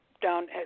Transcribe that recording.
down